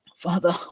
Father